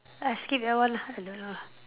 ah skip that one lah I don't know lah